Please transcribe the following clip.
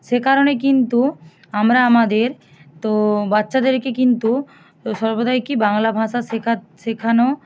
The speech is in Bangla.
সেকারণে কিন্তু আমরা আমাদের তো বাচ্চাদেরকে কিন্তু সর্বদাই কি বাংলা ভাষা শেখানো